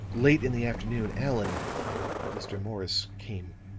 late in the afternoon, allan mr. morris came.